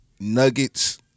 Nuggets